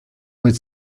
mit